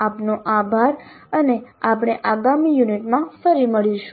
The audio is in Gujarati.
આપનો આભાર અને આપણે આગામી યુનિટમાં ફરી મળીશું